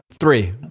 three